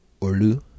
Orlu